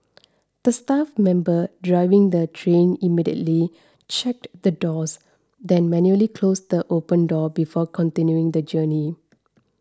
the staff member driving the train immediately checked the doors then manually closed the open door before continuing the journey